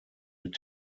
mit